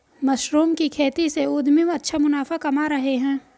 mushroom की खेती से उद्यमी अच्छा मुनाफा कमा रहे हैं